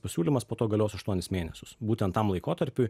pasiūlymas po to galios aštuonis mėnesius būtent tam laikotarpiui